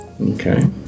Okay